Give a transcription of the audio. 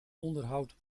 onderhoud